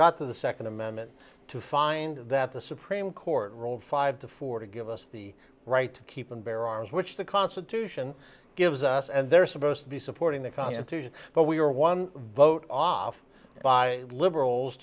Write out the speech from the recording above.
got to the second amendment to find that the supreme court ruled five to four to give us the right to keep and bear arms which the constitution gives us and they're supposed to be supporting the constitution but we are one vote off by liberals